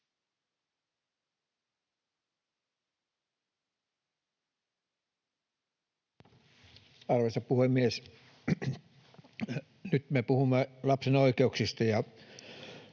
Arvoisa puhemies! Nyt me puhumme lapsen oikeuksista,